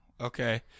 okay